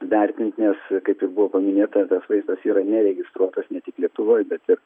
vertinti nes kaip buvo paminėta vaistas yra neregistruotas ne tik lietuvoj bet ir